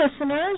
listeners